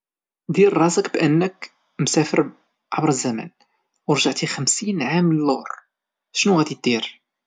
دير راسك بأنك مسافر عبر الزمن ورجعتي خمسين عام اللور، شنو غادي دير؟